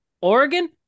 Oregon